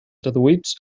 traduïts